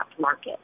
market